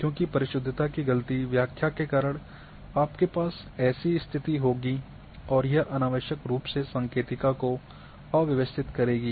क्योंकि परिशुद्धता की ग़लत व्याख्या के कारण आपके पास ऐसी स्तिथि होगी और यह अनावश्यक रूप से संकेतिका को अव्यवस्थित करेगी